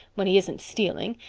when he isn't stealing.